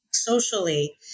Socially